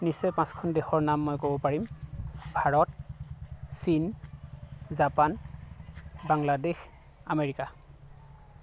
নিশ্চয় পাঁচখন দেশৰ নাম মই ক'ব পাৰিম ভাৰত চীন জাপান বাংলাদেশ আমেৰিকা